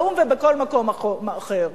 באו"ם ובכל מקום אחר.